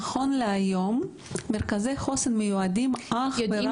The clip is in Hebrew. נכון להיום מרכזי חוסן מיועדים אך ורק